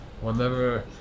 whenever